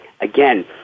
again